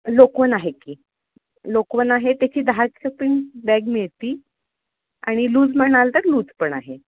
लोकवन आहे की लोकवन आहे त्याची दहाचं पिंट बॅग मिळते आणि लूज म्हणाल तर लूज पण आहे